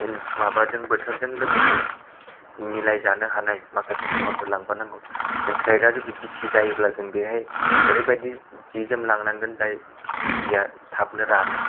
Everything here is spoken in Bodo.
एन्द माबाजों बोथोरजों लोगोसे गोरोबहोनो हानाय माखासे मुवाफोर लांफानांगौ जों ट्रेका जुदि गिसि जायोब्ला जों बेयाव ओरैबादि जि जोम लांनांगोन जाय जिआ थाबनो रानो